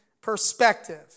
perspective